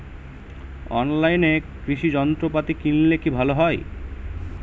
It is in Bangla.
অনলাইনে কৃষি যন্ত্রপাতি কিনলে কি ভালো হবে?